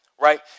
right